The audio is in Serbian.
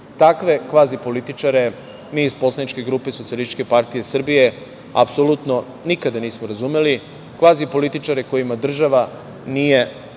Takve kvazi političare mi iz poslaničke grupe SPS, apsolutno nikada nismo razumeli, kvazi političare kojima država nije